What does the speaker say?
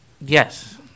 Yes